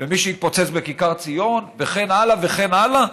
ומי שהתפוצץ בכיכר ציון וכן הלאה וכן הלאה?